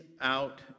out